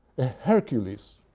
hercules,